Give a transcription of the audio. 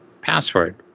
password